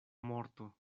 morto